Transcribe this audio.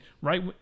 right